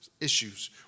issues